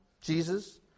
Jesus